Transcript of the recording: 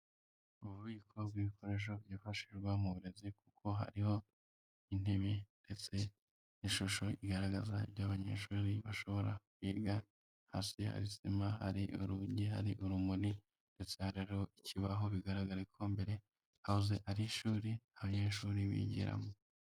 Ububiko bw'ibikoresho byifashishwa mu burezi kuko hariho intebe ndetse n'ishusho igaragaza iby'abanyeshuri bashobora kwiga, hasi hari sima, hari urugi, hari urumuri ndetse hari hariho ikibaho bigaraga ko mbere hahoze ari ishuri abanyeshuri bigiramo.